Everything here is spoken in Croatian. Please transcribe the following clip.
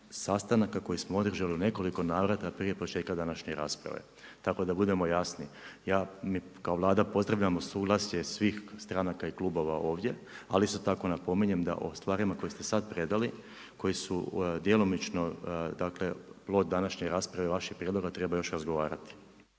sastanaka koje smo održali u nekoliko navrata prije početka današnje rasprave, tako da budemo jasni. Kao Vlada pozdravljamo suglasje svih stranka i klubova ovdje, ali isto tako napominjem o stvarima koje ste sada predali koji su djelomično plod današnje rasprave vaših prijedloga treba još razgovarati.